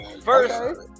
First